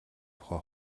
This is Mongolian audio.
тухай